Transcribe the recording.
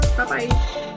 Bye-bye